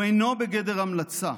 הוא אינו בגדר המלצה,